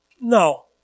No